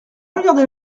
regarder